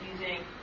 using